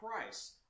price